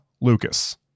Lucas